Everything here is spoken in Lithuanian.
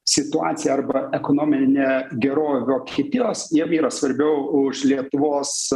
situacija arba ekonominė gerovė vokietijos jiem yra svarbiau už lietuvos